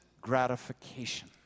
gratification